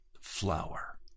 flower